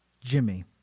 Jimmy